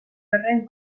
horren